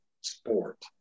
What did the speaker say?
sport